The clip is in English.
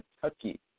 Kentucky